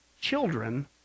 children